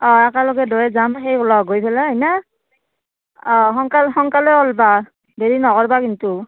অঁ একেলগে দুয়ো যাম সেই লগ গৈ পেলাই হয়নে অঁ সোনকাল সোনকালে ওলাবা দেৰি নকৰিবা কিন্তু